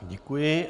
Děkuji.